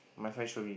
my friend show me